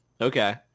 Okay